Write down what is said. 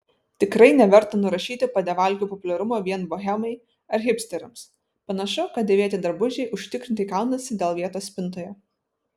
tikrai neverta nurašyti padevalkių populiarumo vien bohemai ar hipsteriams panašu kad dėvėti drabužiai užtikrintai kaunasi dėl vietos spintoje